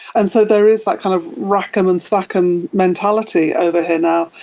and so there is that kind of rack em and stack em mentality over here now.